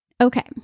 Okay